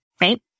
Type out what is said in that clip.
right